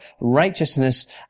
righteousness